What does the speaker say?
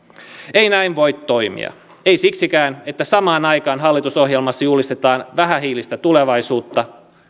ei näin voi toimia ei siksikään että samaan aikaan hallitusohjelmassa julistetaan vähähiilistä tulevaisuutta